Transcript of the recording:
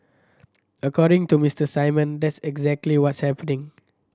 according to Mister Simon that's exactly what's happening